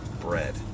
bread